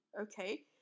okay